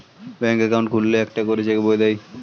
ব্যাঙ্কে অ্যাকাউন্ট খুললে একটা করে চেক বই দেয়